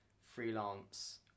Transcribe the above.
freelance